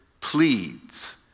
pleads